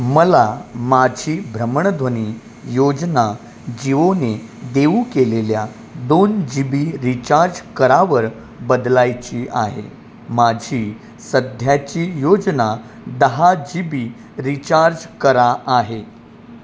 मला माझी भ्रमणध्वनी योजना जीओने देऊ केलेल्या दोन जीबी रीचार्ज करावर बदलायची आहे माझी सध्याची योजना दहा जीबी रीचार्ज करा आहे